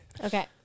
Okay